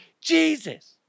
Jesus